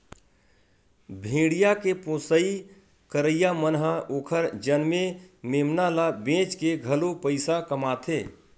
भेड़िया के पोसई करइया मन ह ओखर जनमे मेमना ल बेचके घलो पइसा कमाथे